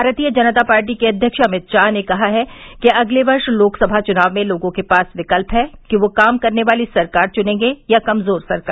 भारतीय जनता पार्टी के अध्यक्ष अमित शाह ने कहा है कि अगले वर्ष लोकसभा चुनाव में लोगों के पास विकल्प है कि वे काम करने वाली सरकार चुनेंगे या कमजोर सरकार